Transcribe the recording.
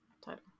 title